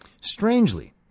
Strangely